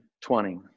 twenty